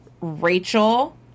Rachel